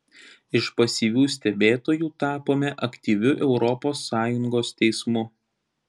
iš pasyvių stebėtojų tapome aktyviu europos sąjungos teismu